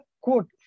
quote